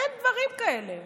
אין דברים כאלה.